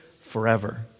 forever